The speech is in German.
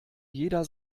jeder